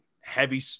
heavy